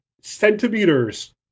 centimeters